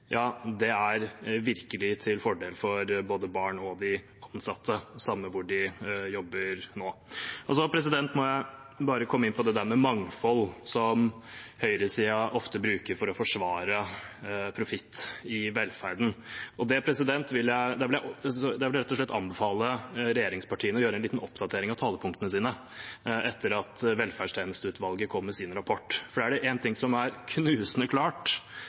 er virkelig til fordel for både barn og de ansatte, samme hvor de jobber nå. Så må jeg bare komme inn på det med mangfold, som høyresiden ofte bruker for å forsvare profitt i velferden. Da vil jeg rett og slett anbefale regjeringspartiene å gjøre en liten oppdatering av talepunktene sine etter at velferdstjenesteutvalget kom med sin rapport. For er det en ting som er knusende klart